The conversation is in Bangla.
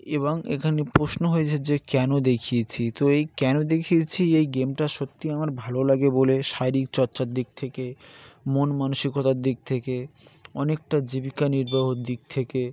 এবং এখানে প্রশ্ন হয়েছে যে কেন দেখিয়েছি তো এই কেন দেখিয়েছি এই গেমটা সত্যিই আমার ভালো লাগে বলে শারীরিক চর্চার দিক থেকে মন মানসিকতার দিক থেকে অনেকটা জীবিকা নির্বাহর দিক থেকে